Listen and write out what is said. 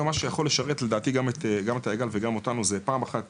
היום משהו שיכול לשרת לדעתי גם את גם את היג"ל וגם אותנו - זה פעם אחת